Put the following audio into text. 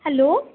hello